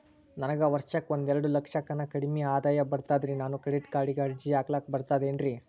ನನಗ ವರ್ಷಕ್ಕ ಒಂದೆರಡು ಲಕ್ಷಕ್ಕನ ಕಡಿಮಿ ಆದಾಯ ಬರ್ತದ್ರಿ ನಾನು ಕ್ರೆಡಿಟ್ ಕಾರ್ಡೀಗ ಅರ್ಜಿ ಹಾಕ್ಲಕ ಬರ್ತದೇನ್ರಿ?